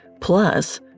Plus